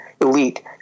elite